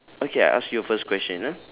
okay I ask you a first question ah